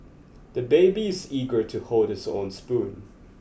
the baby is eager to hold his own spoon